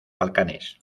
balcanes